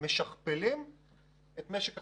אנחנו משכפלים את משק החשמל,